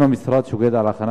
שאלותי: 1. האם המשרד שוקד על הכנת